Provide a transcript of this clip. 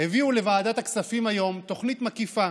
הביאו לוועדת הכספים היום תוכנית מקיפה,